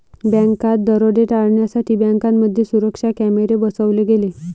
बँकात दरोडे टाळण्यासाठी बँकांमध्ये सुरक्षा कॅमेरे बसवले गेले